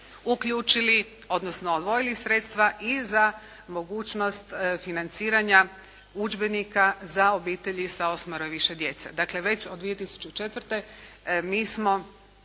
uključili odnosno odvojili sredstva i za mogućnost financiranja udžbenika za obitelji sa osmero i više djece. Dakle, već od 2004. mi smo